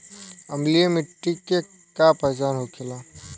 अम्लीय मिट्टी के का पहचान होखेला?